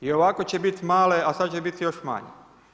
I ovako će biti male, a ovako će biti još manje.